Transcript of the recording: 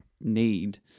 need